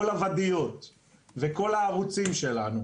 כל הוואדיות וכל הערוצים שלנו